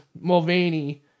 Mulvaney